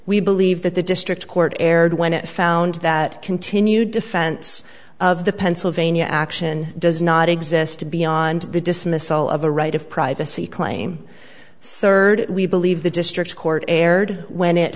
we believe that the district court erred when it found that continued defense of the pennsylvania action does not exist beyond the dismissal of a right of privacy claim third we believe the district court erred when it